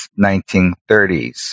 1930s